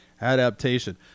adaptation